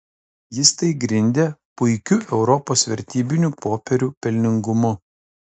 jis tai grindė puikiu europos vertybinių popierių pelningumu